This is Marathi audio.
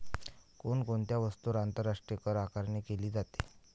कोण कोणत्या वस्तूंवर आंतरराष्ट्रीय करआकारणी केली जाते?